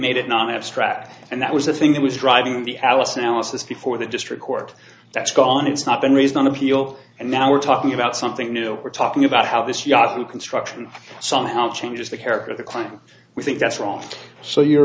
made it not abstract and that was the thing that was driving the alice analysis before the district court that's gone it's not been raised on appeal and now we're talking about something new we're talking about how this yahoo construction somehow changes the character of the crime we think that's wrong so your